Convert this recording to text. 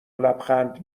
لبخند